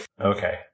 Okay